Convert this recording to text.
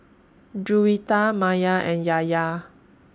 Juwita Maya and Yahya